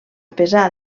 pesar